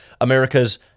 America's